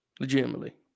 Legitimately